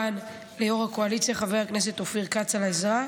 וליושב-ראש הקואליציה חבר הכנסת אופיר כץ על העזרה.